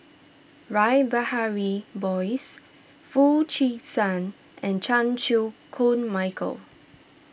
Rash Behari Bose Foo Chee San and Chan Chew Koon Michael